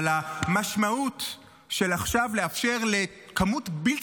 אבל המשמעות של לאפשר עכשיו לכמות בלתי